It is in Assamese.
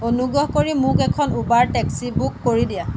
অনুগ্ৰহ কৰি মোক এখন উবাৰ টেক্সি বুক কৰি দিয়া